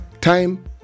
time